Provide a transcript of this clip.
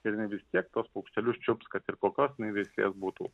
ir jinai vis tiek tuos paukštelius čiups kad ir kokios jinai veislės būtų